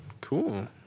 Cool